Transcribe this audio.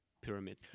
pyramid